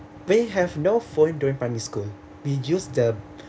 they have no phone during primary school we use the